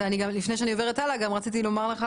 לפני שאני עוברת הלאה רציתי לומר לך,